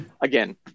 again